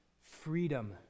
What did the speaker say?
freedom